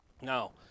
Now